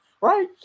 right